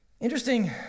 Interesting